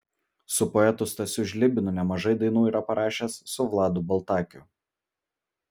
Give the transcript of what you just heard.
su poetu stasiu žlibinu nemažai dainų yra parašęs su vladu baltakiu